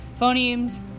phonemes